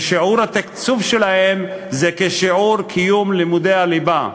ושיעור התקצוב שלהם הוא כשיעור קיום לימודי הליבה.